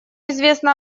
известно